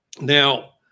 Now